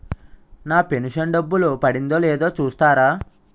నా pension డబ్బులు పడిందో లేదో చూస్తారా?